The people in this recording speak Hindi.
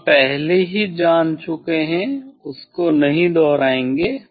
हम पहले ही जान चुके हैं उसको नहीं दोहराएंगे